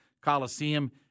Coliseum